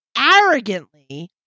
arrogantly